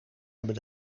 hebben